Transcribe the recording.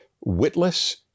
witless